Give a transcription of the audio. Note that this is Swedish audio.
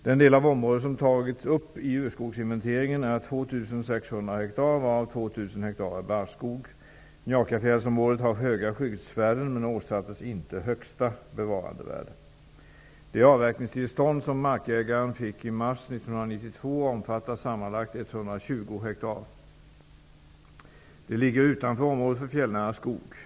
Den del av området som har tagits upp i urskogsinventeringen är på 2 600 Njakafjällsområdet har höga skyddsvärden men åsattes inte högsta bevarandevärde. Det avverkningstillstånd som markägaren fick i mars 1992 omfattar sammanlagt 120 hektar. De ligger utanför området för fjällnära skog.